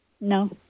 No